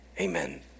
Amen